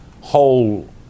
whole